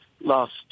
last